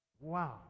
wow